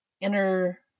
inner